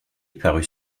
parut